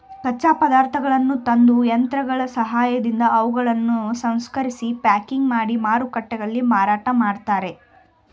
ಕಚ್ಚಾ ಪದಾರ್ಥಗಳನ್ನು ತಂದು, ಯಂತ್ರಗಳ ಸಹಾಯದಿಂದ ಅವುಗಳನ್ನು ಸಂಸ್ಕರಿಸಿ ಪ್ಯಾಕಿಂಗ್ ಮಾಡಿ ಮಾರುಕಟ್ಟೆಗಳಲ್ಲಿ ಮಾರಾಟ ಮಾಡ್ತರೆ